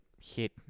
hit